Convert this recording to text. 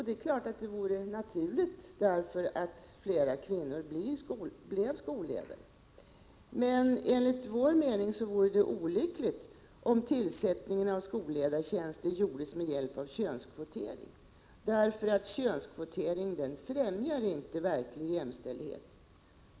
Det är klart att det därför vore naturligt att fler kvinnor blev skolledare. Enligt vår uppfattning vore det emellertid olyckligt om tillsättningen av skolledartjänster gjordes med hjälp av könskvotering, eftersom en sådan inte främjar en verklig jämställdhet.